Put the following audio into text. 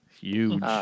Huge